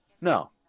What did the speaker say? no